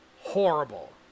horrible